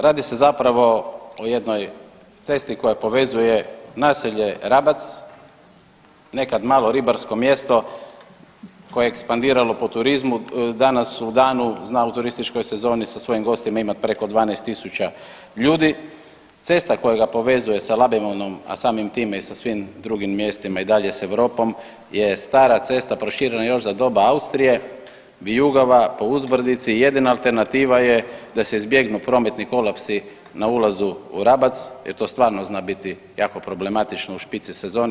Radi se zapravo o jednoj cesti koja povezuje naselje Rabac, nekad malo ribarsko mjesto koje je ekspandiralo po turizmu, danas u danu zna u turističkoj sezoni sa svojim gostima imat preko 12 tisuća ljudi, cesta koja ga povezuje sa Labinom, a samim time i sa svim drugim mjestima i dalje s Europom je stara cesta proširena još za doba Austrije, vijugava po uzbrdici, jedina alternativa je da se izbjegnu prometni kolapsi na ulazu u Rabac jer to stvarno zna biti jako problematično u špici sezone.